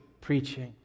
preaching